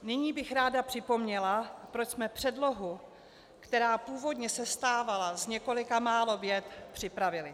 Nyní bych ráda připomněla, proč jsme předlohu, která původně sestávala z několika málo vět, připravili.